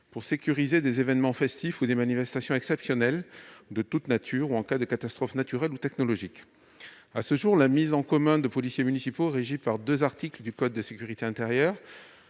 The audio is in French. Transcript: pour sécuriser des événements festifs, des manifestations exceptionnelles ou en cas de catastrophe naturelle ou technologique. À ce jour, la mise en commun de policiers municipaux est régie par deux articles du code de la sécurité intérieure,